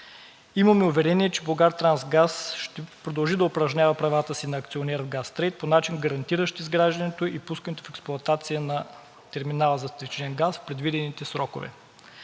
Имаме уверение, че „Булгартрансгаз“ ще продължи да упражнява правата си на акционер в „Газтрейд“ по начин, гарантиращ изграждането и пускането в експлоатация на терминала за втечнен газ в предвидените срокове.